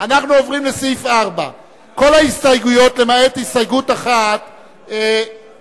אנחנו עוברים לסעיף 4. כל ההסתייגויות למעט הסתייגות אחת הוסרו,